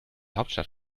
hauptstadt